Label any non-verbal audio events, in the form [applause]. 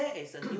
[coughs]